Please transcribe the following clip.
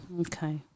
Okay